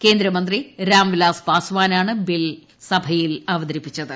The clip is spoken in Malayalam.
കേന്ദ്രമുന്തി രാംവിലാസ് പാസ്വാനാണ് ബിൽ സഭയിൽ അവതരിപ്പിച്ചത്